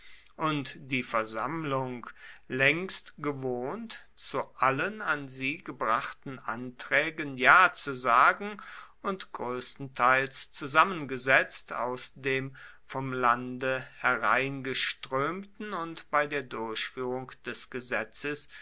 und die versammlung längst gewohnt zu allen an sie gebrachten anträgen ja zu sagen und größtenteils zusammengesetzt aus dem vom lande hereingeströmten und bei der durchführung des gesetzes